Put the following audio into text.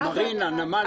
מרינה, נמל דיג.